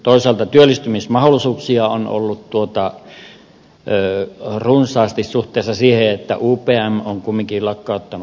toisaalta työllistymismahdollisuuksia on ollut runsaasti suhteessa siihen että upm on kuitenkin lakkauttanut paperitehtaan